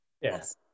Yes